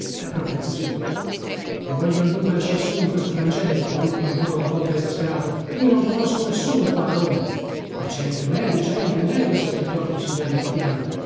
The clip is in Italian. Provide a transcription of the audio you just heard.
è proprio così i vogliono dunque lasciar solo in questo frangente proruppi ancora una volta esasperato io non conosco nessuno qua a roma ma cè il rimedio cè il rimedio saffrettò a consigliarmi papiano